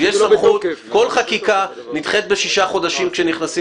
כל חקיקה נדחית בשישה חודשים כשנכנסים